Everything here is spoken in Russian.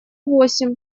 восемь